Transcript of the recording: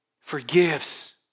forgives